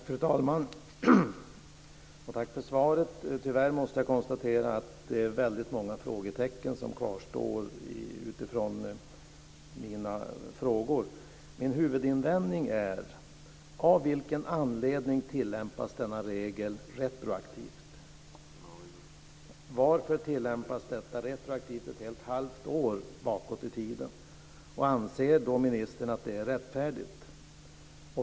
Fru talman! Tack för svaret. Tyvärr måste jag konstatera att väldigt många frågetecken kvarstår utifrån mina frågor. Min huvudinvändning är, för det första: Av vilken anledning tillämpas denna regel retroaktivt? Varför tillämpas den retroaktivt ett helt halvår bakåt i tiden? Anser ministern att det är rättfärdigt?